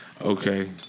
Okay